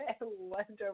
Wonderful